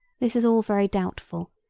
this is all very doubtful,